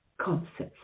concepts